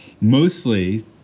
Mostly